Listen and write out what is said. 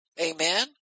Amen